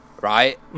right